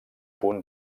punt